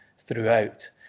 throughout